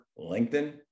LinkedIn